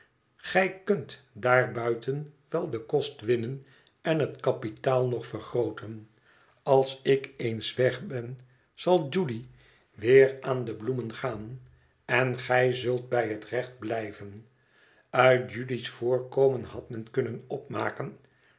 gij kunt daarbuiten wel den kost winnen en het kapitaal nog vergrooten als ik eens weg ben zal judy weer aan de bloemen gaan en gij zult bij het recht blijven uit judy's voorkomen had men kunnen opmaken